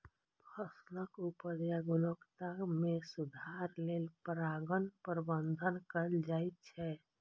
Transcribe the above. फसलक उपज या गुणवत्ता मे सुधार लेल परागण प्रबंधन कैल जाइ छै